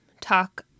talk